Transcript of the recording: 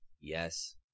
Yes